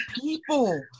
people